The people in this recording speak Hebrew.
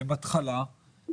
הם התחלה,